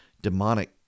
demonic